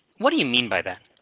what do you mean by that?